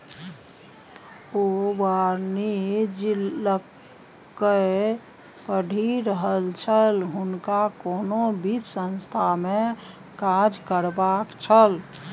ओ वाणिज्य लकए पढ़ि रहल छल हुनका कोनो वित्त संस्थानमे काज करबाक छल